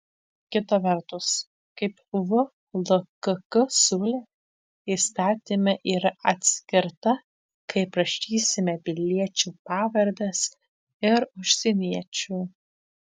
kita vertus kaip vlkk siūlė įstatyme yra atskirta kaip rašysime piliečių pavardes ir užsieniečių